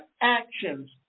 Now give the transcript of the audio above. actions